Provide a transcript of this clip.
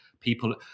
People